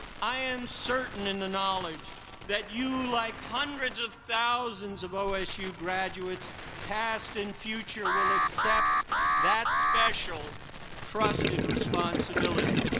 i am certain in the knowledge that you, like hundreds of thousands of osu graduates past and future, will accept that special trusted responsibility.